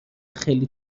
خیلی